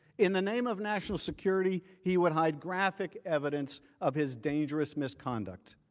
in the name of national security, he would hide graphic evidence of his dangerous misconduct.